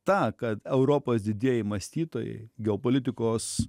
ta kad europos didieji mąstytojai geopolitikos